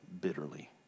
bitterly